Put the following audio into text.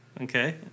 Okay